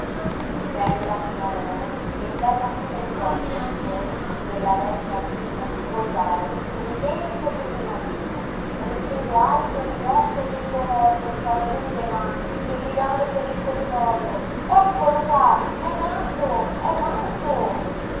venne la primavera e un bel mattino entrò col sole nella vecchia villa rosaria ridente e dimagrita reggendo alto un grosso bimbo roseo tra le ruvide mani e gridando per il corridojo eccolo qua è nato è nato